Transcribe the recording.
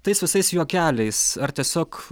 tais visais juokeliais ar tiesiog